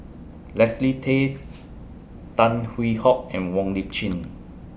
Leslie Tay Tan Hwee Hock and Wong Lip Chin